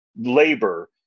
labor